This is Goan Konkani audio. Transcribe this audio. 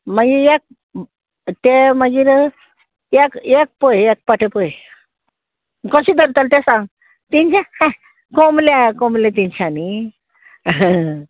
मागीर एक तें मागीर एक एक पळय एक पाटें पळय कशें धरतलें तें सांग तिनशें हें कोमल्याक कोमले तिनशांनी